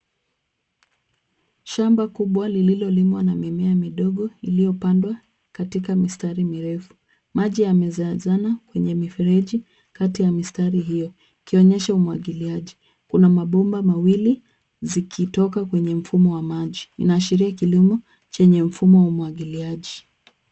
Shamba kubwa lililo limwa na mimea midogo iliyopandwa katika mistari mirefu. Maji yamejazana kwenye mifereji kati ya mistari hiyo ikionyesha umwagiliaji. Kuna mabomba mawili zikitoka kwenye mfumo wa maji. Inaashiria kilimo chenye mfumo wa umwagiliaji.